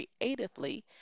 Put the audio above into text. creatively